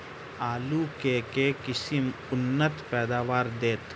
आलु केँ के किसिम उन्नत पैदावार देत?